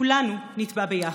כולנו נטבע ביחד.